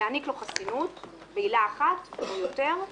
להעניק לו חסינות בעילה אחת או יותר,